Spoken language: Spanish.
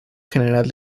general